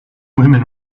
women